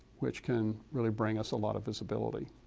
which can really bring us a lot of visibility.